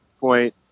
point